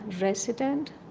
resident